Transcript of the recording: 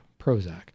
Prozac